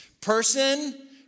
Person